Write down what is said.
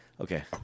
okay